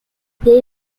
they